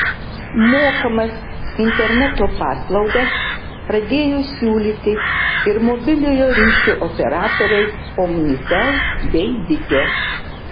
mokamas interneto paslaugas pradėjo siūlyti ir mobiliojo ryšio operatoriai omnitel bei bitė